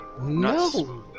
No